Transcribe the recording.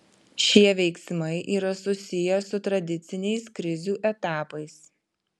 šie veiksmai yra susiję su tradiciniais krizių etapais